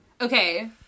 Okay